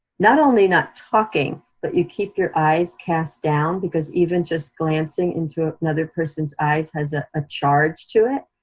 not only not talking, but you keep your eyes cast down, because even just glancing into ah another person's eyes has a ah charge to it.